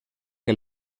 que